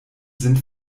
sind